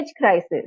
crisis